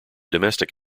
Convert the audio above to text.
domestic